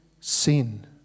sin